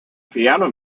piano